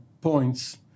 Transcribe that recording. points